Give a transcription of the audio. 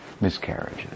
miscarriages